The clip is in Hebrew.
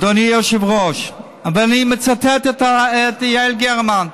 אדוני היושב-ראש, אני מצטט את יעל גרמן: